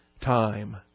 time